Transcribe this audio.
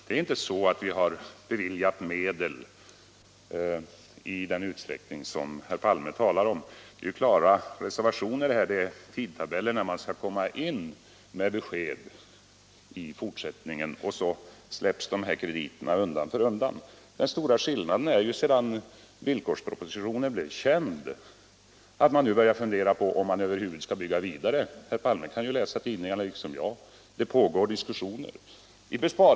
Vi har inte beviljat medel i den utsträckning som herr Palme talar om. Det har angivits klara reservationer och redovisats tidtabeller för när besked i fortsättningen skall ges. Sedan skall ställning tas till dessa krediter. Den stora skillnaden sedan villkorspropositionen blev känd är att man nu börjar fundera över om man över huvud taget skall bygga vidare. Herr Palme kan liksom jag läsa tidningarna och finna att det pågår diskussioner om detta.